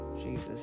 jesus